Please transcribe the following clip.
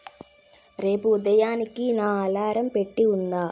రేపు ఉదయానికి నా అలారం పెట్టి ఉందా